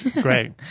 Great